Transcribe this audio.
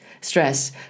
stress